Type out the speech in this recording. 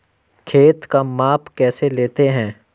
खेत का माप कैसे लेते हैं?